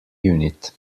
unit